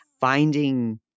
Finding